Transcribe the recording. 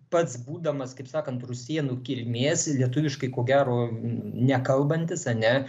pats būdamas kaip sakant rusėnų kilmės lietuviškai ko gero nekalbantis ane